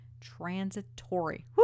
transitory